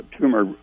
tumor